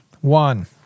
One